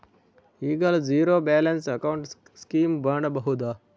ಈಗಲೂ zero balance account scheme ಮಾಡಬಹುದಾ?